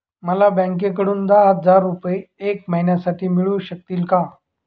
मला बँकेकडून दहा हजार रुपये एक महिन्यांसाठी मिळू शकतील का?